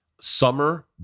summer